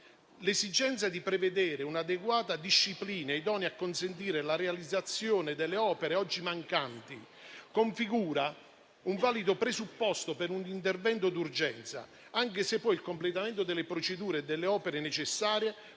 L'esigenza di prevedere un'adeguata disciplina idonea a consentire la realizzazione delle opere oggi mancanti configura un valido presupposto per un intervento d'urgenza, anche se poi il completamento delle procedure e delle opere necessarie